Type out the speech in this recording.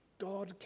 God